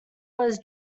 was